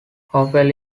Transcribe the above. hopewell